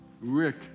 Rick